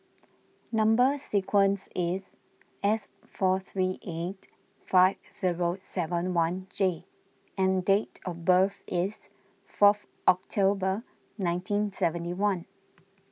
Number Sequence is S four three eight five zero seven one J and date of birth is fourth October nineteen seventy one